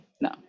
no